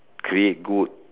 create good